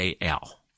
AL